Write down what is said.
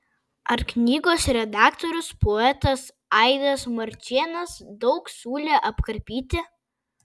ar knygos redaktorius poetas aidas marčėnas daug siūlė apkarpyti